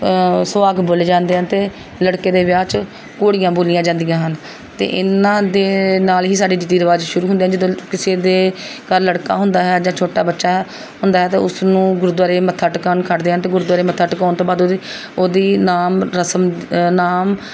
ਸੁਹਾਗ ਬੋਲੇ ਜਾਂਦੇ ਹਨ ਅਤੇ ਲੜਕੇ ਦੇ ਵਿਆਹ 'ਚ ਘੋੜੀਆਂ ਬੋਲੀਆਂ ਜਾਂਦੀਆਂ ਹਨ ਅਤੇ ਇਹਨਾਂ ਦੇ ਨਾਲ ਹੀ ਸਾਡੇ ਰੀਤੀ ਰਿਵਾਜ਼ ਸ਼ੁਰੂ ਹੁੰਦੇ ਹਨ ਜਦੋਂ ਕਿਸੇ ਦੇ ਘਰ ਲੜਕਾ ਹੁੰਦਾ ਹੈ ਜਾਂ ਛੋਟਾ ਬੱਚਾ ਹੈ ਹੁੰਦਾ ਹੈ ਅਤੇ ਉਸਨੂੰ ਗੁਰਦੁਆਰੇ ਮੱਥਾ ਟਿਕਾਉਣ ਖੜ੍ਹਦੇ ਹਨ ਅਤੇ ਗੁਰਦੁਆਰੇ ਮੱਥੇ ਟਿਕਾਉਣ ਤੋਂ ਬਾਅਦ ਉਹਦੀ ਉਹਦੀ ਨਾਮ ਰਸਮ ਨਾਮ